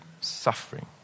suffering